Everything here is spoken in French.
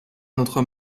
notre